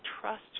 trust